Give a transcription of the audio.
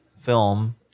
film